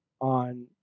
on